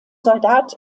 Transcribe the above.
soldat